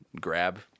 grab